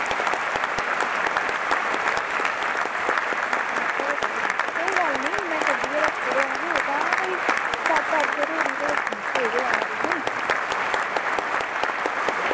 अच्छा निक्का गै चाहिदा कोई गल्ल नी मैं कड्ढियै रक्खुड़ोंग तां कोई सत्त अट्ठ सौ धोड़ी ते थ्होई जाना तुसें